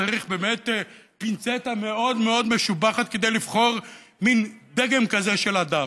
צריך פינצטה מאוד משובחת כדי לבחור מן דגם כזה של אדם.